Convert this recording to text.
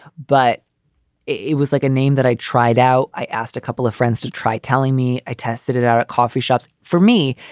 but it was like a name that i tried out. i asked a couple of friends to try telling me i tested it out at coffee shops. for me,